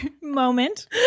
moment